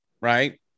right